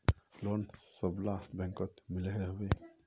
Loan सबला बैंकोत मिलोहो होबे?